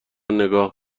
نگاه